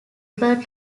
refer